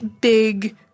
big